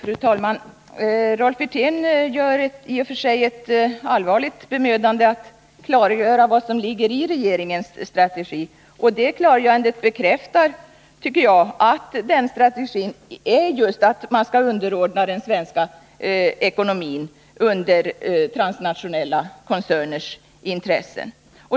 Fru talman! Rolf Wirtén gör i och för sig ett allvarligt bemödande att klargöra vad som ligger i regeringens strategi. Det klargörandet bekräftar, tycker jag, att den strategin går ut på att svensk ekonomi skall underordnas transnationella koncerners intressen.